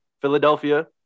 Philadelphia